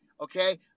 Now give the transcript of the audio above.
okay